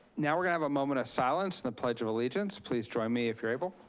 now we're gonna have a moment of silence and the pledge of allegiance. please join me if you're able.